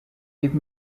give